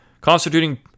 constituting